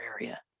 area